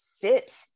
sit